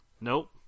Nope